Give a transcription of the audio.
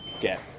get